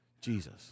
Jesus